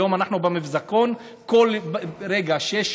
היום אנחנו, במבזקון, כל רגע שיש